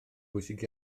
bwysig